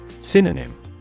Synonym